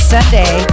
Sunday